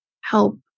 help